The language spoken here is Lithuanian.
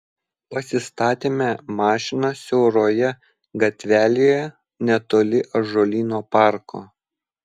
pasistatėme mašiną siauroje gatvelėje netoli ąžuolyno parko